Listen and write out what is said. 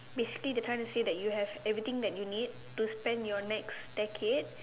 basically they're trying to say that you have everything that you need to spend your next decade